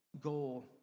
goal